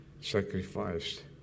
sacrificed